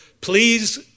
Please